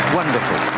wonderful